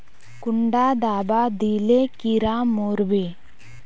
कुंडा दाबा दिले कीड़ा मोर बे?